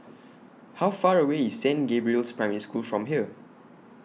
How Far away IS Saint Gabriel's Primary School from here